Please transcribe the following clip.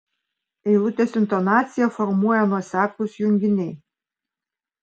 eilutės intonaciją formuoja nuoseklūs junginiai